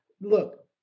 look